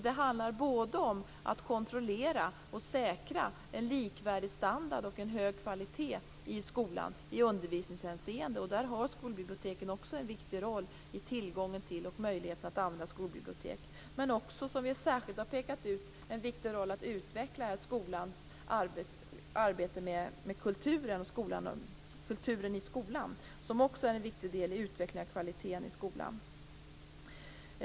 Det handlar bl.a. om att kontrollera och säkra en likvärdig standard och hög kvalitet i undervisningshänseende. Där spelar också tillgången till och möjligheten att använda skolbibliotek en viktig roll. Men som jag särskilt pekat på har biblioteken även stor betydelse när det gäller att utveckla kulturen i skolan, som är en viktig del i utvecklingen av kvaliteten i skolan.